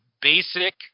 basic